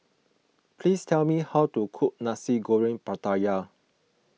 please tell me how to cook Nasi Goreng Pattaya